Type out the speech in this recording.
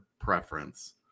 preference